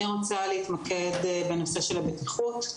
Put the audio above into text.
אני רוצה להתמקד בנושא הבטיחות.